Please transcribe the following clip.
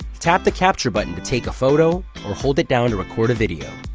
tap the capture button to take a photo, or hold it down to record a video.